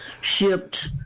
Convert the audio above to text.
shipped